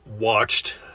watched